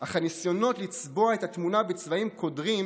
אך הניסיונות לצבוע את התמונה בצבעים קודרים